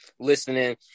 listening